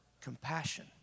Compassion